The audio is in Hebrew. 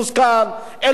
זאת אומרת,